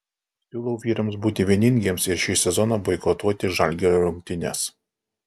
siūlau vyrams būti vieningiems ir šį sezoną boikotuoti žalgirio rungtynes